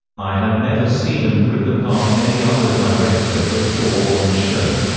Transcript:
i had never seen them rip apart any other director before on the show.